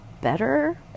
better